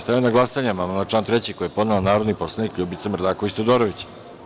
Stavljam na glasanje amandman na član 3. koji je podnela narodni poslanik LJubica Mrdaković Todorović.